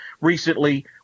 recently